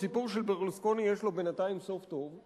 הסיפור של ברלוסקוני יש לו בינתיים סוף טוב,